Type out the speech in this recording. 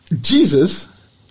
Jesus